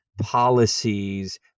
policies